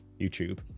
youtube